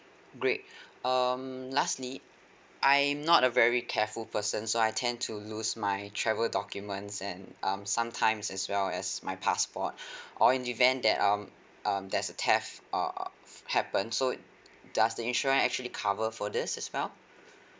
great um lastly I'm not a very careful person so I tend to lose my travel documents and um sometimes as well as my passport or in the event that um um there's a theft uh happen so does the insurance actually cover for this as well